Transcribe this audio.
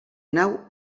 nau